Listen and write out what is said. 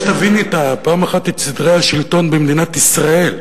כדאי שתביני פעם אחת את סדרי השלטון במדינת ישראל.